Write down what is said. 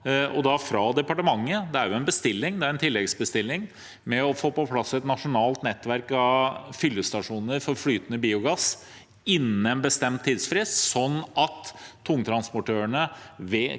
det er en tilleggsbestilling – for å få på plass et nasjonalt nettverk av fyllestasjoner for flytende biogass innen en bestemt tidsfrist, sånn at tungtransportørene